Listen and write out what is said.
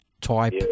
type